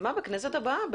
בכנסת הבאה.